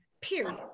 period